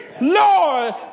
Lord